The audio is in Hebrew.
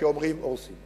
כי אומרים שהורסים.